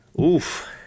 Oof